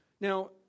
Now